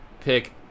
pick